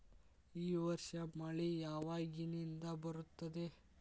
ಈ ವರ್ಷ ಮಳಿ ಯಾವಾಗಿನಿಂದ ಬರುತ್ತದೆ?